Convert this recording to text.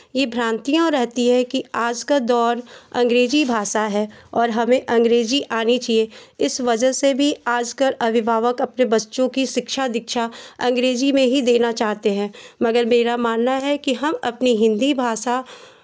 ये भ्रांतियाँ रहती है कि आज का दौर अंग्रेजी भाषा है और हमें अंग्रेजी आनी चाहिए इस वजह से भी आजकल अभिभावक अपने बच्चों की शिक्षा दीक्षा अंग्रेजी में ही देना चाहते हैं मगर मेरा मानना है कि हम अपनी हिन्दी भाषा